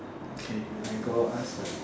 okay I go ask lah